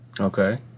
Okay